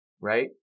right